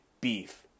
beef